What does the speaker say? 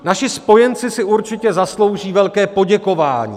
Naši spojenci si určitě zaslouží velké poděkování.